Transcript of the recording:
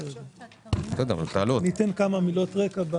אתן כמה מילות רקע.